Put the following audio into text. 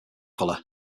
color